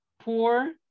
poor